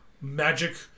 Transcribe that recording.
magic